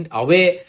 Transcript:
away